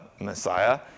Messiah